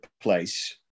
place